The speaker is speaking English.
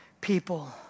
people